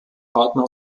partner